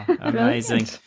amazing